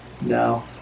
No